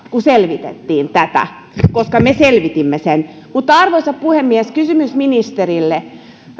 kun selvitettiin tätä koska me selvitimme sen arvoisa puhemies kysymys ministerille